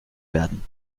werden